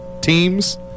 teams